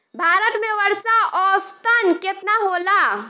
भारत में वर्षा औसतन केतना होला?